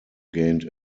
gained